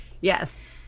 Yes